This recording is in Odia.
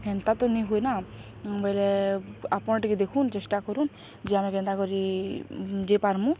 ହେନ୍ତା ତ ନି ହୁଏ ନା ବୋଇଲେ ଆପଣ ଟିକେ ଦେଖୁନ୍ ଚେଷ୍ଟା କରୁନ୍ ଯେ ଆମେ କେନ୍ତା କରି ଯେ ପାର୍ମୁ